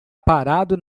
parado